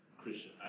Christian